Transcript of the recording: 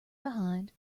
behind